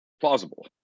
plausible